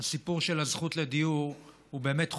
הסיפור של הזכות לדיור חותך